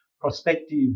prospective